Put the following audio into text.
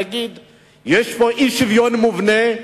ונגיד שיש פה אי-שוויון מובנה.